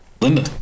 Linda